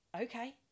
Okay